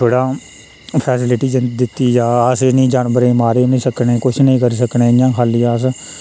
बड़ा फैसीलिटी दित्ती जा अस इनें जानवरें गी मारी बी नी सकने कुछ नी करी सकने इ'यां खाल्ली अस